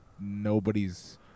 nobody's